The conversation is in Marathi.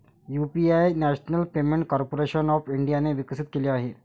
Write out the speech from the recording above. UPI national payment corporation of इंडियाने विकसित केले आहे